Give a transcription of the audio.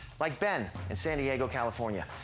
like ben in san diego, california.